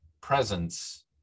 presence